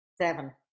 Seven